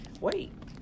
Wait